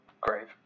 grave